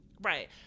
Right